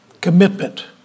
commitment